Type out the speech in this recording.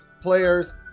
players